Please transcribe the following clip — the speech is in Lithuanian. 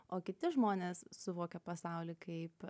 o kiti žmonės suvokia pasaulį kaip